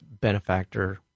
benefactor